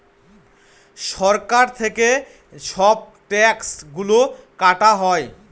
সরকার থেকে সব ট্যাক্স গুলো কাটা হয়